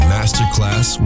Masterclass